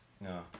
no